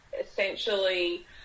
essentially